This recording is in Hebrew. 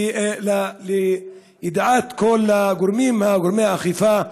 ולידיעת כל גורמי האכיפה,